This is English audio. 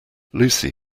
lucy